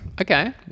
Okay